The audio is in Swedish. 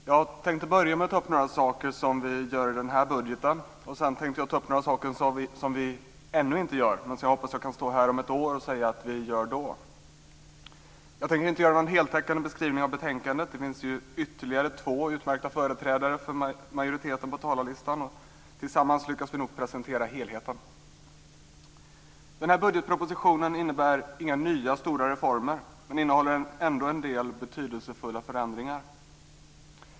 Fru talman! Jag tänkte börja med ta upp några saker som vi gör i den här budgeten. Sedan tänkte jag ta upp några saker som vi ännu inte gör men som jag hoppas att jag kan stå här om ett år och säga att vi gör då. Jag tänker inte göra någon heltäckande beskrivning av betänkandet. Det finns ju ytterligare två utmärkta företrädare för majoriteten på talarlistan. Tillsammans lyckas vi nog presentera helheten. Den här budgetpropositionen innebär inga nya stora reformer, men den innehåller ändå en del betydelsefulla förändringar.